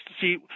see